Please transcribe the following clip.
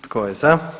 Tko je za?